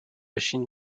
chine